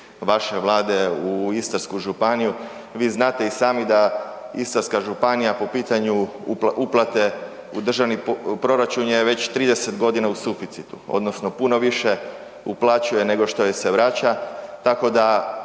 vaše Vlade u Istarsku županiju, vi znate i sami da Istarska županija po pitanju uplate u državni proračun je već 30 godina u suficitu odnosno puno više uplaćuje nego što joj se vraća